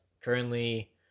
currently